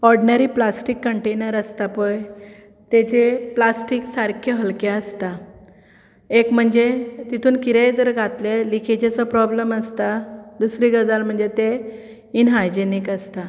ordinary plastic container आसता पळय तेजें प्लास्टीक सारकें हलकें आसता एक म्हणजे तातूंत कितेंय जर घातलें लिकेजेचो प्रॉब्लम आसता दुसरी गजाल म्हणजे ते इनहायजॅनीक आसता